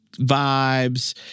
vibes